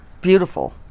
beautiful